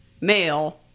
Male